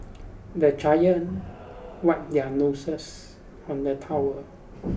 the children wipe their noses on the towel